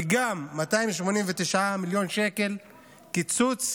וגם על 289 מיליון שקל קיצוץ